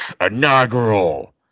inaugural